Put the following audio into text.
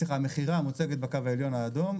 המכירה מוצגת בקו האדום העליון,